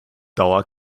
dauer